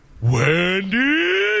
Wendy